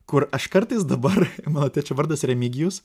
kur aš kartais dabar mano tėčio vardas remigijus